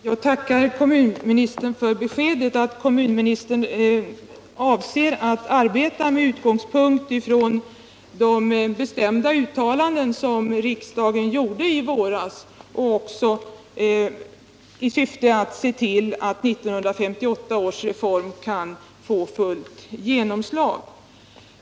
Herr talman! Jag tackar kommunministern för beskedet att kommunministern avser att arbeta med utgångspunkt från de bestämda uttalanden som riksdagen gjorde i våras, i syfte att se till att 1958 års reform kan få fullt genomslag.